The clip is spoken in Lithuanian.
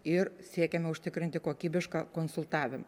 ir siekiame užtikrinti kokybišką konsultavimą